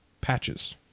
patches